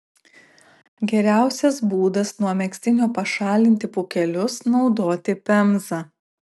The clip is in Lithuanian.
geriausias būdas nuo megztinio pašalinti pūkelius naudoti pemzą